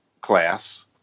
class